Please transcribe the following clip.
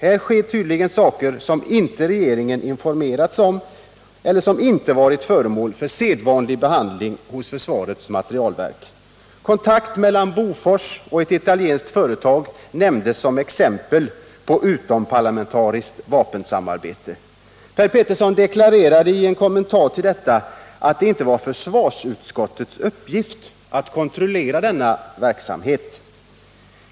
Här sker tydligen saker som regeringen inte informerats om eller som inte varit föremål för sedvanlig behandling vid försvarets materielverk. Kontakt mellan AB Bofors och ett italienskt företag nämndes som exempel på utomparlamentariskt vapensamarbete. Per Petersson deklarerade i en kommentar till detta att det inte var försvarsutskottets uppgift att kontrollera denna verksamhet.